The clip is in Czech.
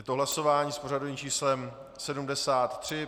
Je to hlasování s pořadovým číslem 73.